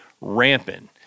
ramping